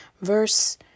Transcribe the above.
verse